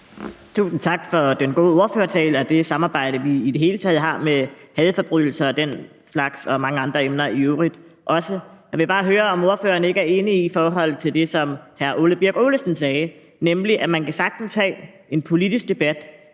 Tusind tak for den gode ordførertale og det samarbejde, vi i det hele taget har om hadforbrydelser og den slags og i øvrigt mange andre emner. Jeg vil bare høre, om ordføreren ikke er enig i forhold til det, som hr. Ole Birk Olesen sagde, nemlig at man sagtens kan have en politisk debat